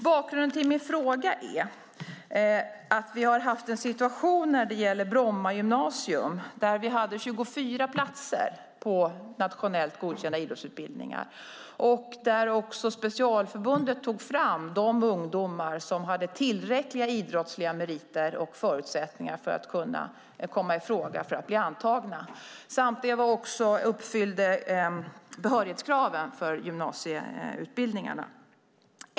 Bakgrunden till min fråga är den situation som var på Bromma gymnasium, där det fanns 24 platser på nationellt godkända idrottsutbildningar och där specialförbundet tog fram de ungdomar som hade tillräckliga idrottsliga meriter och förutsättningar för att komma i fråga för att bli antagna. Samtliga uppfyllde behörighetskraven för gymnasieutbildningarna.